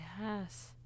yes